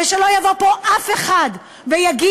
ושלא יבוא אף אחד ויגיד: